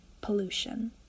pollution